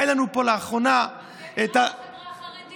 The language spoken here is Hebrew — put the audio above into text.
היה לנו פה לאחרונה, מלכיאלי, רק בחברה החרדית?